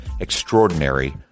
extraordinary